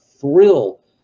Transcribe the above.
thrill